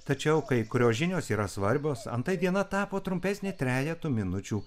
tačiau kai kurios žinios yra svarbios antai diena tapo trumpesnė trejetu minučių